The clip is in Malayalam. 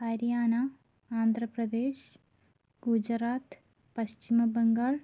ഹരിയാന ആന്ധ്രപ്രദേശ് ഗുജറാത്ത് പശ്ചിമബംഗാൾ